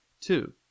Two